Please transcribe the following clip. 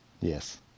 yes